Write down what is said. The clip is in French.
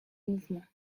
mouvement